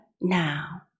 now